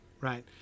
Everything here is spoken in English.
right